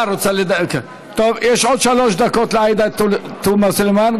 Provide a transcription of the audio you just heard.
יש עוד שלוש דקות לעאידה תומא סלימאן.